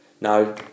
No